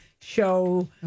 show